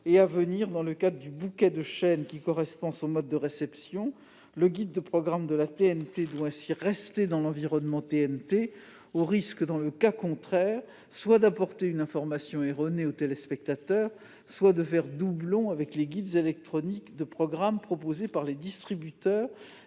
et à venir dans le cadre du bouquet de chaînes correspondant à son mode de réception. Le guide de programmes de la TNT doit ainsi rester dans l'environnement TNT, au risque d'apporter une information erronée aux téléspectateurs ou de faire doublon avec les guides électroniques de programmes proposés par les distributeurs.